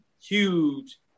huge –